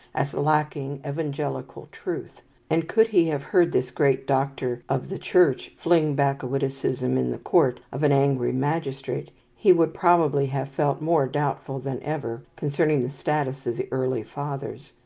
as lacking evangelical truth and, could he have heard this great doctor of the church fling back a witticism in the court of an angry magistrate, he would probably have felt more doubtful than ever concerning the status of the early fathers.